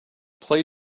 play